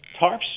tarps